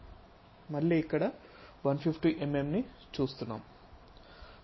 కాబట్టి మళ్ళీ 152 mm ని చూస్తున్నాం